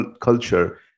culture